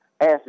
ask